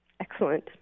excellent